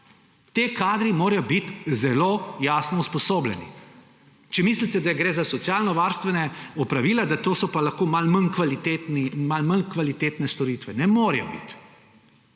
Ti kadri morajo biti zelo jasno usposobljeni. Če mislite, da gre za socialnovarstvena opravila, da to so pa lahko malo manj kvalitetne storitve – ne morejo biti!